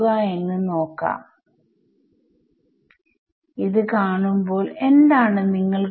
കൂട്ടുക കുറക്കുക ഗുണിക്കുക ഹരിക്കുക എന്ത് വേണമെങ്കിലും ചെയ്യാം